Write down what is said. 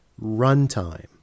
runtime